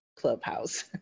Clubhouse